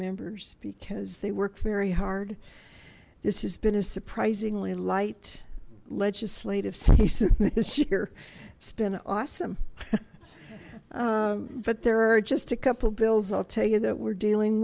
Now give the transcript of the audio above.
members because they work very hard this has been a surprisingly light legislative season this year it's been awesome but there are just a couple bills i'll tell you that we're dealing